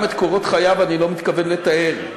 גם את קורות חייו אני לא מתכוון לתאר.